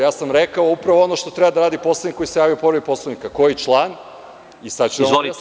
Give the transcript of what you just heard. Ja sam rekao upravo ono što treba da radi poslanik koji se javi po povredi Poslovnika, koji član i sada ću da kažem zašto.